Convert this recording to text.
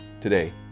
today